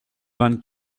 vingt